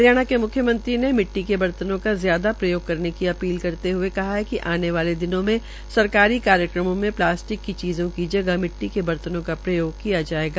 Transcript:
हरियाणा के म्ख्यमंत्री ने मिट्टी के बर्तनों का ज्यादा प्रयोग करने की अपील करते हुए आने वाले दिनों में सरकारी कार्यक्रमों में प्लास्टिक की चीजों का जगह मिट्टी के बर्तनों का प्रयोग किया जायेगा